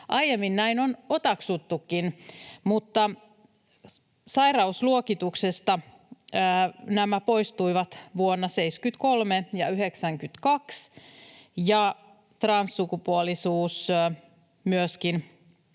Aiemmin näin on otaksuttukin, mutta sairausluokituksesta nämä poistuivat vuonna 73 ja 92, ja transsukupuolisuus myöskin